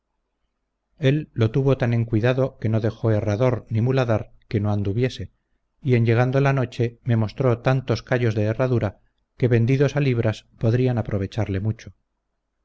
él lo tuvo tan en cuidado que no dejó herrador ni muladar que no anduviese y en llegando la noche me mostró tantos callos de herradura que vendidos a libras podían aprovecharle mucho